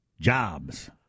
Jobs